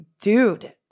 dude